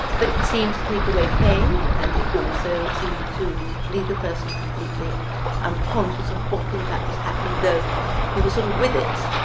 but it seems to take away pain and it also seemed to leave the person completely unconscious of what in fact was happening, though he was sort of with it,